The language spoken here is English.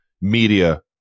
media